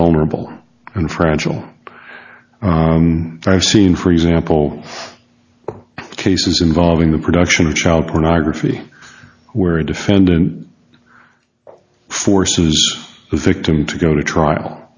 vulnerable and fragile and i've seen for example cases involving the production of child pornography where a defendant forces the victim to go to trial